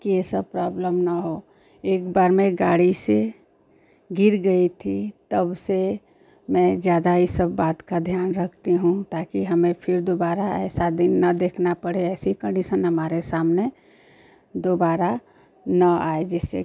कि यह सब प्रॉब्लम न हो एक बार मैं गाड़ी से गिर गई थी तब से मैं ज़्यादा ही इन सब बातों का ध्यान रखती हूँ ताकि हमें फिर दुबारा ऐसा दिन न देखना पड़े ऐसी कन्डीशन हमारे सामने दोबारा न आए जिससे